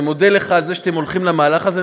אני מודה לך על זה שאתם הולכים למהלך הזה.